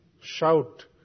shout